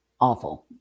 awful